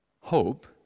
Hope